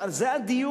ועל זה הדיון,